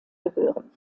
gehören